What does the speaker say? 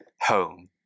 home